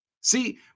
See